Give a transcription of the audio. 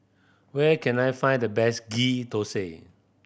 where can I find the best Ghee Thosai